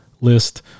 list